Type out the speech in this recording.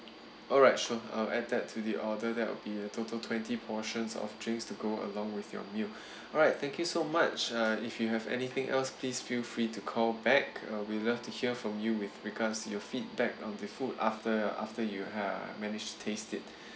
alright sure I'll add that to the order that will be a total twenty portions of drinks to go along with your meal alright thank you so much uh if you have anything else please feel free to call back uh we love to hear from you with regards your feedback on the food after after you have managed to taste it